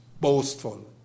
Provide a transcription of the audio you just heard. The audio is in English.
Boastful